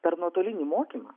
per nuotolinį mokymą